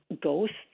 ghosts